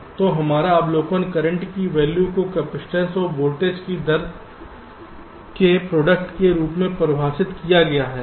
तो हमारा अवलोकन करंट की वैल्यू को कपसिटंस और वोल्टेज के परिवर्तन की दर के के प्रोडक्ट रूप में परिभाषित किया गया है